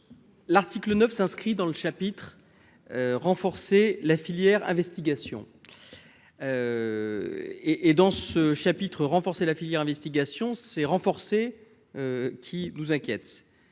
L'article 9 s'inscrit dans le chapitre renforcer la filière investigations et et dans ce chapitre, renforcer la filière investigation s'est renforcé qui nous inquiète,